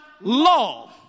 law